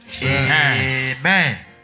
Amen